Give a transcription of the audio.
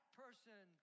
person